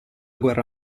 guerra